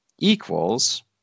equals